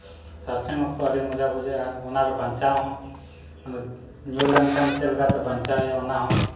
surfing ᱚᱠᱛᱚ ᱟᱹᱰᱤ ᱢᱚᱡᱟ ᱵᱩᱡᱷᱟᱹᱜᱼᱟ ᱚᱱᱟᱨᱮ ᱵᱟᱧᱪᱟᱣ ᱦᱚᱸ ᱧᱩᱨ ᱞᱮᱱᱠᱷᱟᱱ ᱪᱮᱫᱠᱟᱛᱮ ᱵᱟᱧᱪᱟᱣ ᱦᱩᱭᱩᱜᱼᱟ ᱚᱱᱟ ᱦᱚᱸ